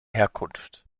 herkunft